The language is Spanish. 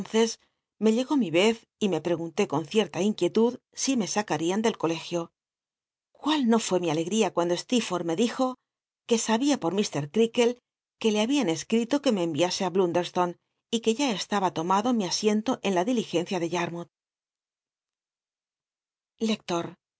me llegó mi vez y me pregunté con cic ta inquicllld si me s carian del colegio cual no fuó mi alegjia cuando steerfotth me dijo que sabia por mr creakle que le habían escl'ilo que me enviase á blundcrstone y que ya estaba tomado mi asiento en la diligencia de yarmoulh